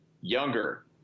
younger